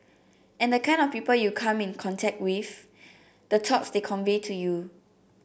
and the kind of people you come in contact with the thoughts they convey to you